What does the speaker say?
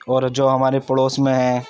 اور جو ہمارے پڑوس میں ہیں